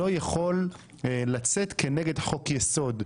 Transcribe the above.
לא יכול לצאת כנגד חוק יסוד,